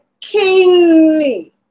kingly